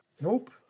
Nope